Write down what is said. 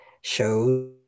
shows